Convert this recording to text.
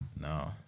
No